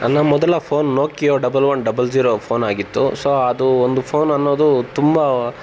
ನನ್ನ ಮೊದಲ phone Nokia double one double zero ಫೋನಾಗಿತ್ತು ಸೋ ಅದು ಒಂದು ಫೋನ್ ಅನ್ನೋದು ತುಂಬ